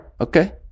Okay